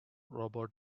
robot